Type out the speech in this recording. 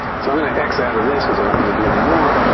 so i'm going to x out of this because i don't want to do any more.